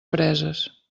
preses